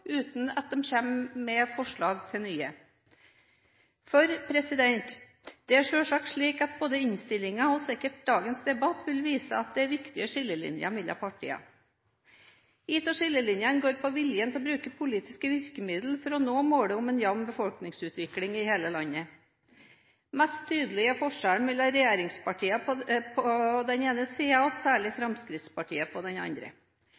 uten at de kommer med forslag til nye virkemidler. Det er selvsagt slik at både innstillingen og sikkert dagens debatt vil vise at det er viktige skillelinjer mellom partiene. En av skillelinjene går på viljen til å bruke politiske virkemidler for å nå målet om en jevn befolkningsutvikling i hele landet. Mest tydelig er forskjellen mellom regjeringspartiene på den ene siden og særlig Fremskrittspartiet på den andre.